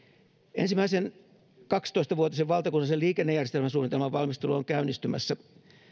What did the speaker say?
ensimmäisen kaksitoista vuotisen valtakunnallisen liikennejärjestelmäsuunnitelman valmistelu on käynnistymässä